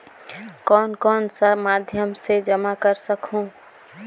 कौन कौन सा माध्यम से जमा कर सखहू?